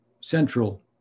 central